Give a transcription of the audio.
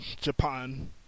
Japan